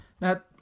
Now